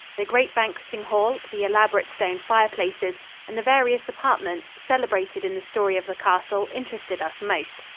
the great banqueting hall, the elaborate stone fireplaces and the various apartments celebrated in the story of the castle interested us most.